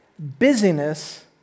Busyness